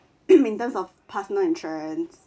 in term of personal insurance